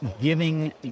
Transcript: giving